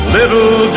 Little